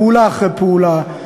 פעולה אחרי פעולה.